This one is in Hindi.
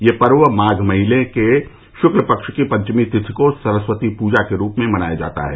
यह पर्व माघ महीने के शुक्ल पक्ष की पंचमी तिथि को सरस्वती पूजा के रूप में मनाया जाता है